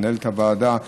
ולמנהלת הוועדה,